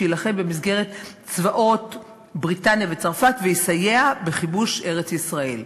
שיילחם במסגרת צבאות בריטניה וצרפת ויסייע בכיבוש ארץ-ישראל.